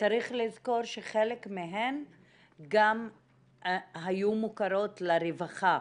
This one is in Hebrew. -- צריך לזכור שחלק מהן גם היו מוכרות לרווחה.